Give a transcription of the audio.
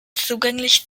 zugänglich